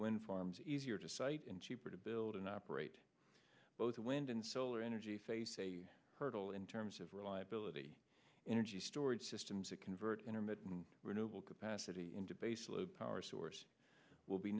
wind farms easier to sight and cheaper to build and operate both wind and solar energy face a hurdle in terms of reliability energy storage systems to convert intermittent renewable capacity into baseload power source will be